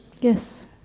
Yes